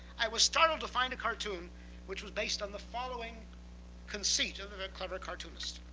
i was startled to find a cartoon which was based on the following conceit of and a clever cartoonist.